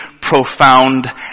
profound